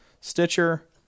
Stitcher